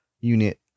unit